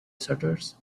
shutters